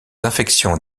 infections